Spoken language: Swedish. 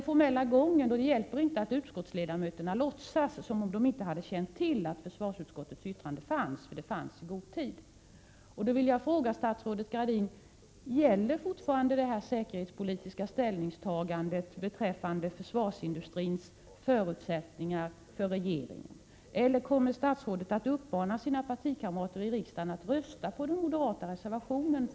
Formellt hjälper det alltså inte att utskottsledamöterna låtsas som om de inte hade känt till att försvarsutskottets yttrande fanns, för det förelåg i god tid. Jag vill fråga statsrådet Gradin: Gäller fortfarande det här säkerhetspolitiska ställningstagandet beträffande försvarsindustrins förutsättningar för regeringen, eller kommer statsrådet att uppmana sina partikamrater i riksdagen att rösta för den moderata reservationen?